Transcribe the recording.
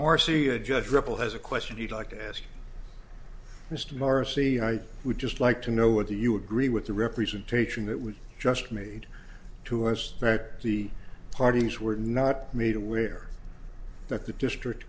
marcy a judge ripple has a question you'd like to ask mr marcy i would just like to know what do you agree with the representation that was just made to us back the parties were not made aware that the district